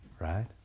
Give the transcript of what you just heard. Right